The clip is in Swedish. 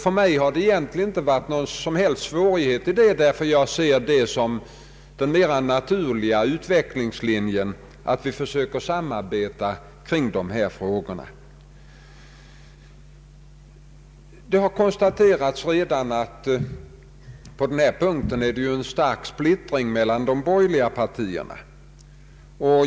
För mig har det inte varit någon som helst svårighet i det, ty jag ser det som den mera naturliga utvecklingslinjen att vi försöker samarbeta kring dessa frågor. Det har redan konstaterats att på denna punkt råder stark splittring mellan de borgerliga partierna.